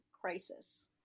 crisis